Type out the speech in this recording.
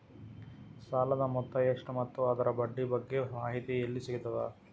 ಸಾಲದ ಮೊತ್ತ ಎಷ್ಟ ಮತ್ತು ಅದರ ಬಡ್ಡಿ ಬಗ್ಗೆ ಮಾಹಿತಿ ಎಲ್ಲ ಸಿಗತದ?